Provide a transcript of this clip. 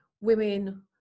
women